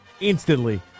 instantly